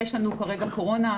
יש לנו כרגע קורונה.